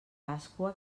pasqua